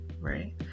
right